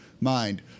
mind